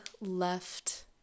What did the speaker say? left